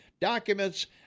documents